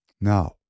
Now